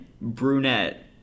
brunette